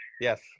Yes